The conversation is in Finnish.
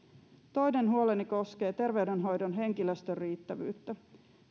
toinen huoleni koskee terveydenhoidon henkilöstön riittävyyttä